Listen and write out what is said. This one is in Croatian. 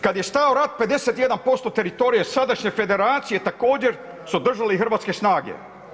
Kad je stao rat, 51% teritorija sadašnje federacije također su držale hrvatske snage.